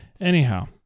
Anyhow